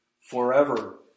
forever